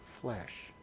flesh